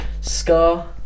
Scar